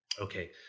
Okay